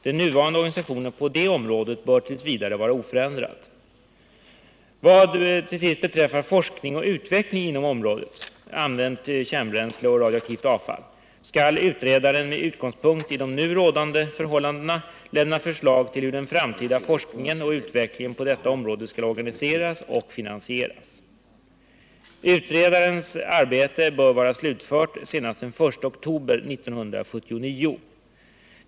Den nuvarande organisationen på detta område bör t. v. vara oförändrad. Vad beträffar forskning och utveckling inom området använt kärnbränsle och radioaktivt avfall skall utredaren med utgångspunkt i nu rådande förhållanden lämna förslag till hur den framtida forskningen och utvecklingen på detta område skall organiseras och finansieras. Utredarens arbete bör vara slutfört senast den 1 oktober 1979.